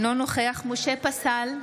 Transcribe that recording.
אינו נוכח משה פסל,